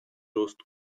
рост